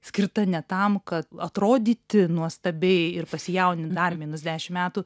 skirta ne tam kad atrodyti nuostabiai ir pasijaunint dar minus dešim metų